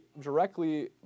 directly